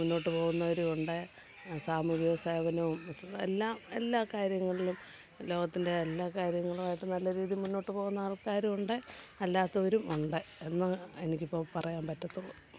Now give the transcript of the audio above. മുന്നോട്ട് പോകുന്നവരുമുണ്ട് സാമൂഹിക സേവകനും എല്ലാം എല്ലാ കാര്യങ്ങളിലും ലോകത്തിൻറ്റെ എല്ലാ കാര്യങ്ങളുമായിട്ടും നല്ല രീതീ മുന്നോട്ട് പോകുന്ന ആൾക്കാരുമുണ്ട് അല്ലാത്തവരും ഉണ്ട് എന്ന് എനിക്കിപ്പോൾ പറയാൻ പറ്റത്തൊള്ളു